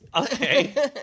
Okay